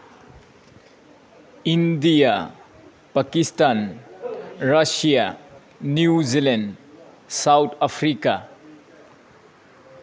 India Pakistan Russia New Zealand South Africa